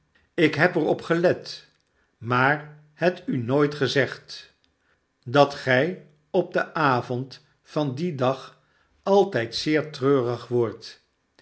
ik heb er op gelet maar het u nooit gezegd dat gij op den avond van dien dag altijd zeer treurig wordt